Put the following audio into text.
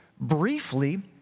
briefly